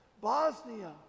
Bosnia